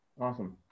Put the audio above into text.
Awesome